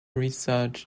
research